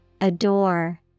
Adore